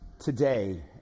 today